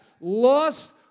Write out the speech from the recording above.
lost